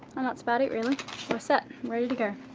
and that's about it really. we're set, ready to go.